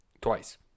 Twice